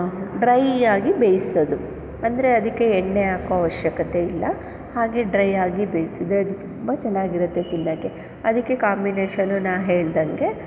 ಡ್ರೈಯಾಗಿ ಬೇಯಿಸೋದು ಅಂದರೆ ಅದಕ್ಕೆ ಎಣ್ಣೆ ಹಾಕೋ ಅವಶ್ಯಕತೆ ಇಲ್ಲ ಹಾಗೇ ಡ್ರೈಯಾಗಿ ಬೇಯ್ಸಿದರೆ ಅದು ತುಂಬ ಚೆನ್ನಾಗಿರತ್ತೆ ತಿನ್ನೋಕ್ಕೆ ಅದಕ್ಕೆ ಕಾಂಬಿನೇಷನ್ನು ನಾ ಹೇಳ್ದಂಗೆ